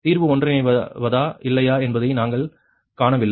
தீர்வு ஒன்றிணைவதா இல்லையா என்பதை நாங்கள் காணவில்லை